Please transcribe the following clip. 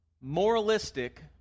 moralistic